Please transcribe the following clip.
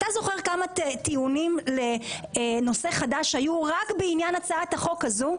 אתה זוכר כמה טיעונים לנושא חדש היו רק בעניין הצעת החוק הזו?